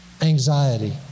anxiety